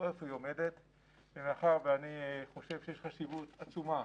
אני חושב שיש חשיבות עצומה